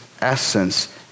essence